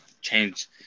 change